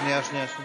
שנייה, שנייה.